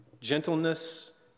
gentleness